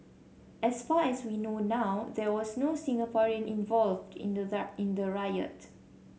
as far as we know now there was no Singaporean involved in the in the riot